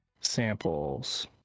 samples